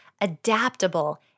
adaptable